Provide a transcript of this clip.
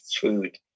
food